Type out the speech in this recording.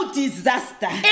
disaster